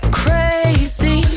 crazy